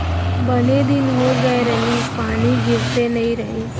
बने दिन हो गए रहिस, पानी गिरते नइ रहिस